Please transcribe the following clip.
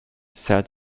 said